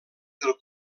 del